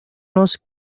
los